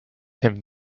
him